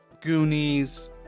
Goonies